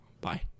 bye